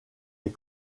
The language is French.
les